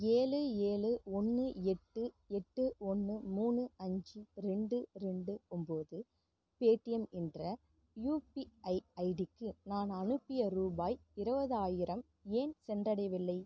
ஏழு ஏழு ஒன்று எட்டு எட்டு ஒன்று மூணு அஞ்சு ரெண்டு ரெண்டு ஒம்பது பேடிஎம் என்ற யுபிஐ ஐடிக்கு நான் அனுப்பிய ரூபாய் இருபதாயிரம் ஏன் சென்றடையவில்லை